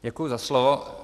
Děkuji za slovo.